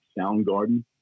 Soundgarden